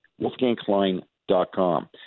WolfgangKlein.com